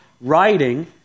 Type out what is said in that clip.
writing